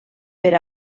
per